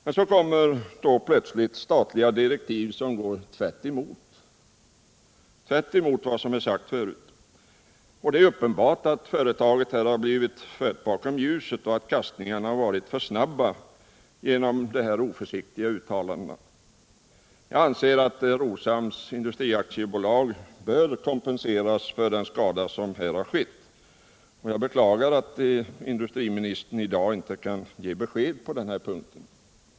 Men så kommer helt plötsligt statliga direktiv som går tvärtemot vad som är sagt förut. Det är uppenbart att företaget blivit fört bakom ljuset och att kastningarna genom oförsiktiga uttalanden varit för snabba. Jag anser att Roshamns Industri AB bör kompenseras för den skada det åsamkats. Jag beklagar att industriministern i dag inte kan ge något besked på denna punkt.